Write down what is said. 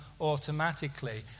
automatically